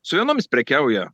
su vienomis prekiauja